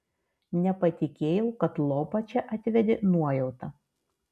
nepatikėjau kad lopą čia atvedė nuojauta